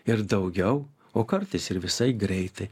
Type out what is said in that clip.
ir daugiau o kartais ir visai greitai